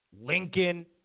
Lincoln